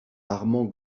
armand